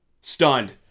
stunned